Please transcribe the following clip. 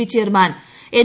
B chairman N